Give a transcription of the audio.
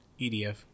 EDF